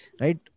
right